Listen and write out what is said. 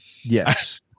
Yes